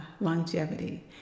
longevity